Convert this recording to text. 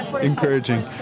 encouraging